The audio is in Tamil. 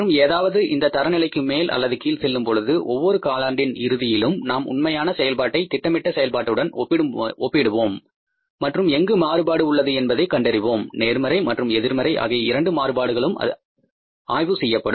மற்றும் ஏதாவது இந்த தர நிலைக்கு மேல் அல்லது கீழ் செல்லும் பொழுது ஒவ்வொரு காலாண்டின் இறுதியிலும் நாம் உண்மையான செயல்பாட்டை திட்டமிட்ட செயல்பாட்டுடன் ஒப்பிடுவோம் மற்றும் எங்கு மாறுபாடு உள்ளது என்பதைக் கண்டறிவோம் நேர்மறை மற்றும் எதிர்மறை ஆகிய இரண்டு மாறுபாடுகளும் ஆய்வு செய்யப்படும்